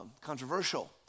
controversial